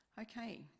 okay